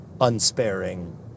unsparing